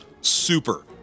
super